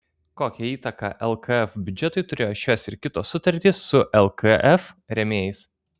kokią įtaką lkf biudžetui turėjo šios ir kitos sutartys su lkf rėmėjais